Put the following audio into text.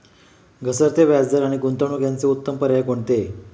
घसरते व्याजदर आणि गुंतवणूक याचे उत्तम पर्याय कोणते?